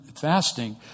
fasting